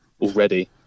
already